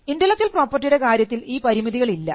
intellectual പ്രോപ്പർട്ടിയുടെ കാര്യത്തിൽ ഈ പരിമിതികൾ ഇല്ല